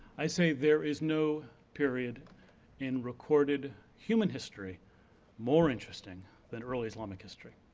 i say there is no period in recorded human history more interesting than early islamic history.